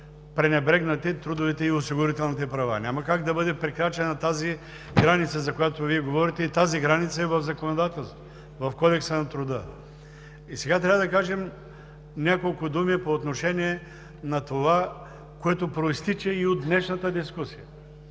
пренебрегнати трудовите и осигурителните права. Няма как да бъде прекрачена тази граница, за която Вие говорите, и тази граница е в законодателството, в Кодекса на труда. Сега трябва да кажем няколко думи по отношение на това, което произтича и от днешната дискусия.